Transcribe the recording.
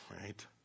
right